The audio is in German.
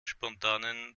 spontanen